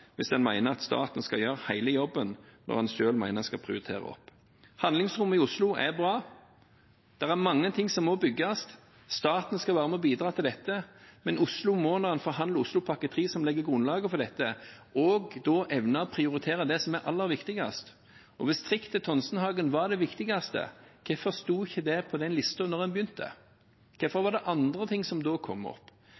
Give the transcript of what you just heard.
hvis en mener at staten skal gjøre hele jobben når en selv mener en skal prioritere opp. Handlingsrommet i Oslo er bra. Det er mange ting som må bygges. Staten skal være med og bidra til dette, men Oslo må, når en forhandler Oslopakke 3, som legger grunnlaget for dette, også da evne å prioritere det som er aller viktigst. Hvis trikk til Tonsenhagen var det viktigste, hvorfor sto ikke det på den lista da en begynte? Hvorfor